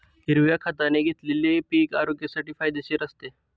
हिरव्या खताने घेतलेले पीक आरोग्यासाठी फायदेशीर असते